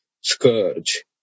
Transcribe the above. scourge